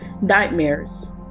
Nightmares